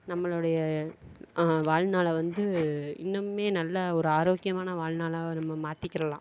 நம்மளோடைய வாழ்நாளை வந்து இன்னமும் நல்லா ஒரு ஆரோக்கியமான வாழ்நாளாக நம்ம மாத்திக்கிடலாம்